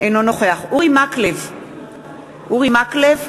אינו נוכח אורי מקלב,